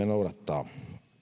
noudattaa